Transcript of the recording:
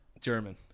german